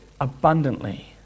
abundantly